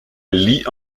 lee